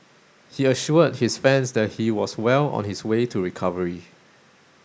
he assured his fans that he was well on his way to recovery